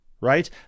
right